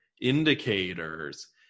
indicators